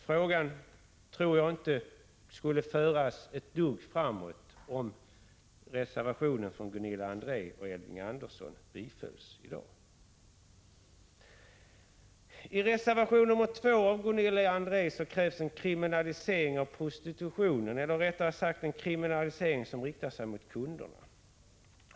Frågan skulle inte föras framåt om reservationen från Gunilla André och Elving Andersson bifölls i dag. I reservation 2 av Gunilla André krävs en kriminalisering av prostitutionen eller rättare sagt en kriminalisering som riktar sig mot kunderna.